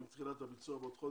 אם תחילת הביצוע בעוד חודש,